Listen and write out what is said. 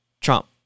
Trump